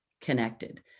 connected